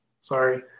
sorry